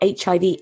HIV